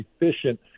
efficient